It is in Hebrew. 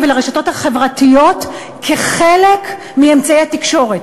ולרשתות החברתיות כחלק מאמצעי התקשורת,